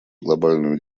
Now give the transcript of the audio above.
глобальную